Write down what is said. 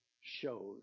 shows